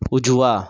उजवा